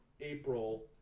April